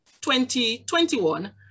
2021